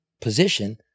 position